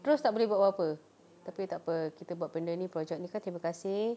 terus tak boleh buat apa-apa tapi tak apa kita buat benda ni project ni kan terima kasih